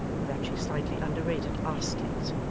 or that she slightly underrated astley's,